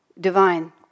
divine